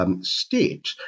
state